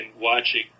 watching